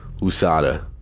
USADA